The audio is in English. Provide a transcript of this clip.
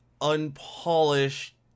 unpolished